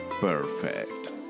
perfect